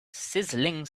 sizzling